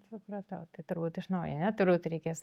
supratau tai turbūt iš naujo ane turbūt reikės